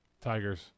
tigers